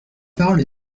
parole